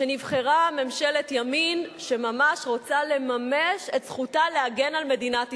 שנבחרה ממשלת ימין שממש רוצה לממש את זכותה להגן על מדינת ישראל.